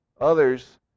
Others